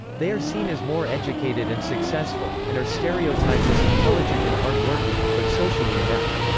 they are seen as more educated and successful, and are stereotyped as intelligent and hard-working, but socially inept.